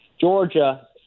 Georgia